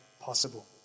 possible